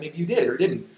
you did or didn't?